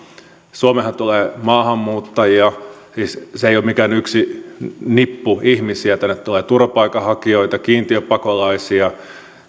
suomeenhan tulee maahanmuuttajia siis se ei ole mikään yksi nippu ihmisiä tänne tulee turvapaikanhakijoita kiintiöpakolaisia